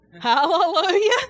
Hallelujah